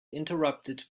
interrupted